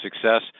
success